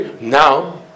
Now